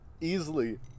easily